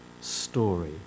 story